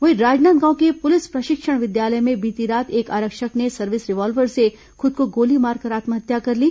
वहीं राजनांदगांव के पुलिस प्रशिक्षण विद्यालय में बीती रात एक आरक्षक ने सर्विस रिवाल्वर से खुद को गोली मारकर आत्महत्या कर ली